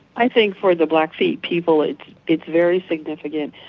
i think for the blackfeet people it's it's very significant.